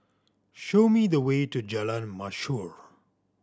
show me the way to Jalan Mashhor